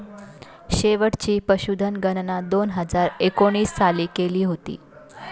शेवटची पशुधन गणना दोन हजार एकोणीस साली केली होती